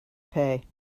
pay